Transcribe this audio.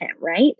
Right